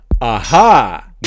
Aha